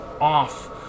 off